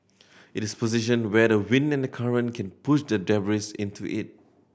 it is positioned where the wind and the current can push the debris into it